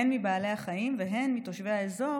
הן מבעלי החיים והן מתושבי האזור,